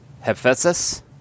Hephaestus